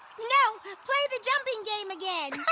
no play the jumping game again.